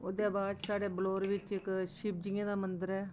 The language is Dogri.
ओह्दे बाद च साढ़े बलौर बिच्च इक शिवजियें दा मंदर ऐ